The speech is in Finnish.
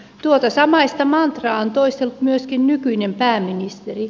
tuota samaista mantraa on toistellut myöskin nykyinen pääministeri